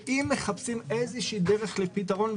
אם מחפשים איזושהי דרך לפתרון,